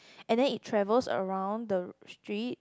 and then it travels around the street